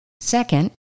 Second